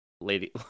lady